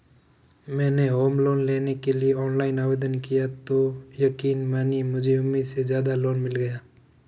मैंने home loan लेने के लिए ऑनलाइन आवेदन किया तो यकीन मानिए मुझे उम्मीद से जल्दी लोन मिल गया